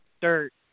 dirt